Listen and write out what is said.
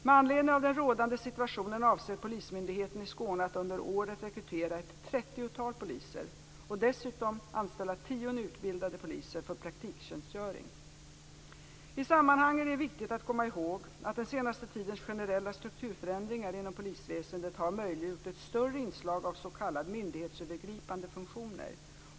Med anledning av den rådande situationen avser Polismyndigheten i Skåne att under året rekrytera ett trettiotal poliser och dessutom anställa tio nyutbildade poliser för praktiktjänstgöring. I sammanhanget är det viktigt att komma ihåg att den senaste tidens generella strukturförändringar inom polisväsendet har möjliggjort ett större inslag av s.k. myndighetsövergripande funktioner.